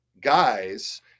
guys